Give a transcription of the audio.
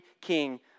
king